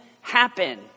happen